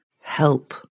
help